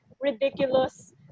ridiculous